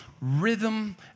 rhythm